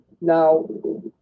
Now